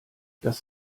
das